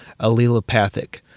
allelopathic